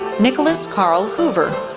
nicholas carl hoover,